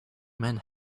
men